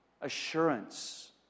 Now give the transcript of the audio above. assurance